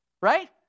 Right